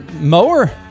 Mower